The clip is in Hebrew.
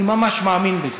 אני ממש מאמין בזה.